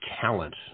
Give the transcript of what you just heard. talent